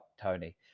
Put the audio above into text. tony